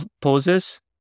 poses